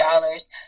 dollars